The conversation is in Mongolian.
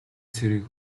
цэрэг